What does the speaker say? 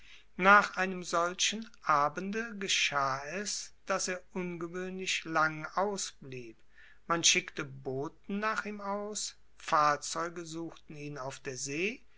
nach einem solchen abende geschah es daß er ungewöhnlich lang ausblieb man schickte boten nach ihm aus fahrzeuge suchten ihn auf der see